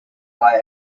why